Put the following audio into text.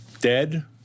Dead